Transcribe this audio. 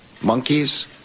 monkeys